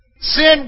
Sin